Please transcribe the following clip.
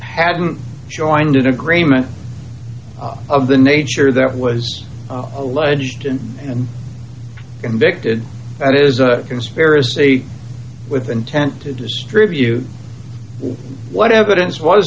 hadn't joined in agreement of the nature that was alleged in and convicted that is a conspiracy with intent to distribute what evidence was